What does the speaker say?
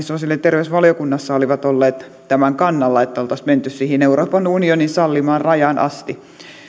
sosiaali ja terveysvaliokunnassa olivat olleet tämän kannalla että oltaisiin menty siihen euroopan unionin sallimaan rajaan asti